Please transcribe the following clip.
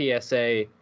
PSA